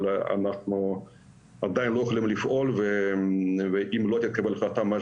אבלע דיין לא יכולים לפעול ואם לא תתקבל החלטה ממש